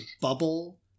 bubble